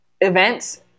Events